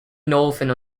northern